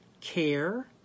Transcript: care